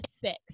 six